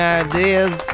ideas